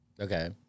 Okay